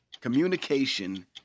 Communication